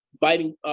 biting